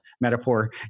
metaphor